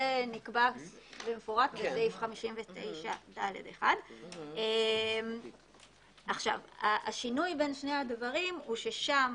זה נקבע במפורש בסעיף 59ד1. השינוי בין שני הדברים הוא ששם